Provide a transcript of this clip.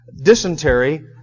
dysentery